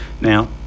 now